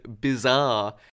Bizarre